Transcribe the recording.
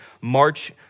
march